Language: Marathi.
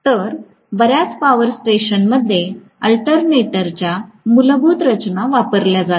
तर बर्याच पॉवर स्टेशनमध्ये अल्टरनेटरच्या मूलभूत रचना वापरल्या जातात